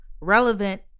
relevant